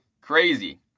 crazy